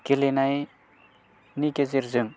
गेलेनायनि गेजेरजों